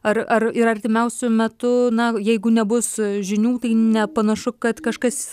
ar ar ir artimiausiu metu na jeigu nebus žinių tai nepanašu kad kažkas